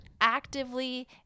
actively